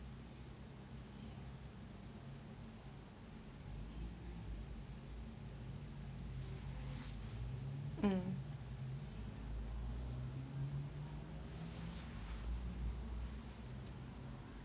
um